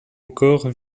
encore